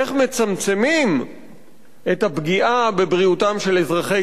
איך מצמצמים את הפגיעה בבריאותם של אזרחי